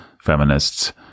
feminists